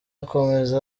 akomeze